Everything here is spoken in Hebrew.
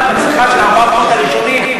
והצריכה של ה-400 הראשונים,